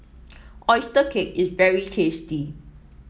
oyster cake is very tasty